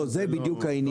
זה בדיוק העניין.